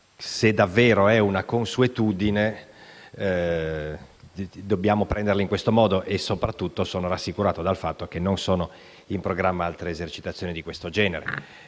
Se davvero è una consuetudine, dobbiamo considerarla in questo modo. Soprattutto, sono rassicurato dal fatto che non sono in programma altre esercitazioni di questo genere.